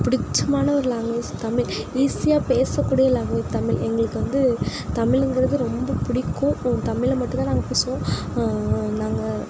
பிடிச்சமான ஒரு லாங்வேஜ் தமிழ் ஈஸியாக பேசக்கூடிய லாங்வேஜ் தமிழ் எங்களுக்கு வந்து தமிழுங்கிறது ரொம்ப பிடிக்கும் தமிழ்ல மட்டும்தான் நாங்கள் பேசுவோம் நாங்கள்